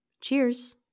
Cheers